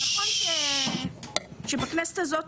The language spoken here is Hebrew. נכון שבכנסת הזאת